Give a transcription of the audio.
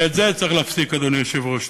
ואת זה צריך להפסיק, אדוני היושב-ראש.